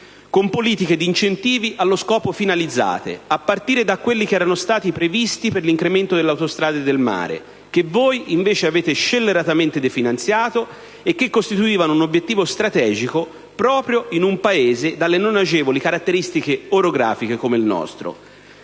con politiche di incentivi allo scopo finalizzati, a partire da quelli che erano stati previsti per l'incremento delle autostrade del mare, che voi avete invece scelleratamente definanziato e che costituivano un obiettivo strategico, proprio per un Paese dalle non agevoli caratteristiche orografiche come il nostro.